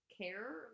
care